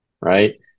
Right